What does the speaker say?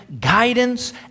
guidance